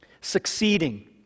Succeeding